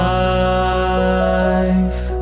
life